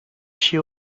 she